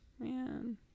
Man